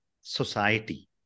society